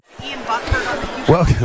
Welcome